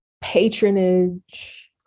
patronage